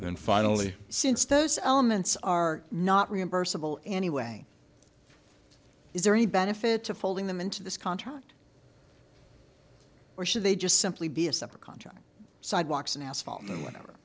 then finally since those elements are not reimbursable anyway is there any benefit to folding them into this contract or should they just simply be a separate contract sidewalks and asphalt and whenever